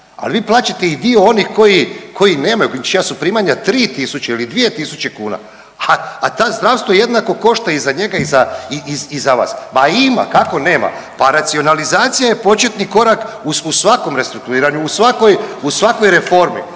Ali vi plaćate i dio onih koji nemaju, čija su primanja 3000 ili 2000 kuna, a ta zdravstvo jednako košta i za njega i za vas. Pa ima, kako nema? Pa racionalizacija je početni korak u svakom restrukturiranju, u svakoj reformi,